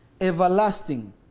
everlasting